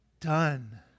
done